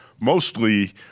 mostly –